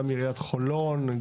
גם מעיריית חולון,